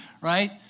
right